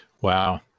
wow